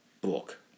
book